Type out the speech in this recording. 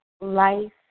life